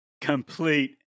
complete